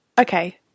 Okay